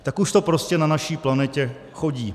Tak už to prostě na naší planetě chodí.